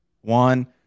one